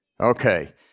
Okay